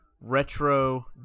Retro